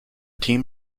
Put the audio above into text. team